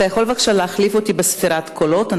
אתה יכול בבקשה להחליף אותי בספירת הקולות?